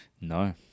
no